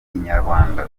inyarwanda